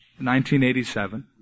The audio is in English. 1987